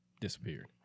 disappeared